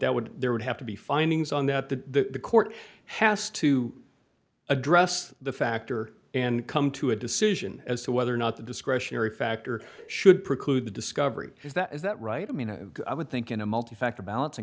that would there would have to be findings on that the court has to address the factor and come to a decision as to whether or not the discretionary factor should preclude the discovery is that is that right i mean i would think in a multi factor balancing